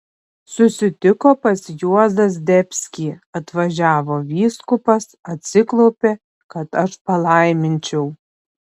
susitiko pas juozą zdebskį atvažiavo vyskupas atsiklaupė kad aš palaiminčiau